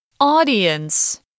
Audience